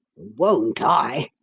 won't i!